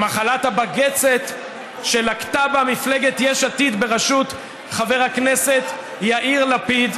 במחלת הבג"צת שלקתה בה מפלגת יש עתיד בראשות חבר הכנסת יאיר לפיד,